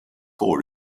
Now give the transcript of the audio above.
four